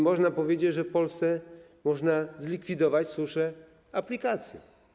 Można więc powiedzieć, że w Polsce można zlikwidować suszę aplikacją.